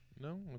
No